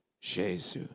Jesus